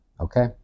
okay